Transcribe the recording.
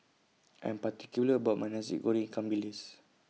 I'm particular about My Nasi Goreng Ikan Bilis